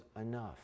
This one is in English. enough